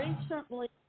recently